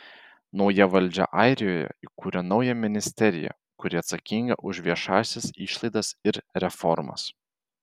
nauja valdžia airijoje įkūrė naują ministeriją kuri atsakinga už viešąsias išlaidas ir reformas